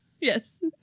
Yes